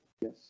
Yes